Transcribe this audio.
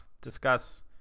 Discuss